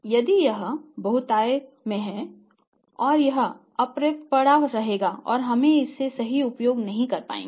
यदि यह बहुतायत में है तो यह अप्रयुक्त पड़ा रहेगा और हम इसका सही उपयोग नहीं कर पाएंगे